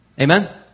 Amen